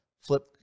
flip